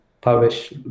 publish